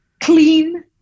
Clean